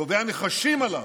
גובי הנחשים הללו,